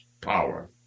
power